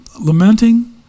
lamenting